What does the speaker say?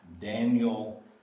Daniel